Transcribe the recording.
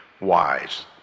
wise